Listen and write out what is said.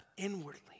Inwardly